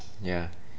ya